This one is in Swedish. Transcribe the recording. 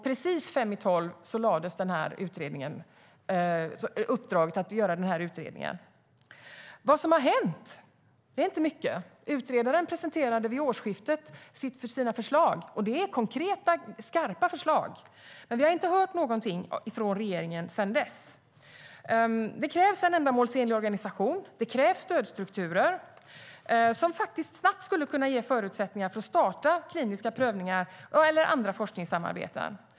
Precis fem i tolv gav man uppdraget att göra den här utredningen. Vad som har hänt är inte mycket. Utredaren presenterade sina förslag vid årsskiftet. Det är konkreta, skarpa förslag. Men vi har inte hört något från regeringen sedan dess. Det krävs en ändamålsenlig organisation. Det krävs stödstrukturer som snabbt skulle kunna ge förutsättningar för att starta kliniska prövningar eller andra forskningssamarbeten.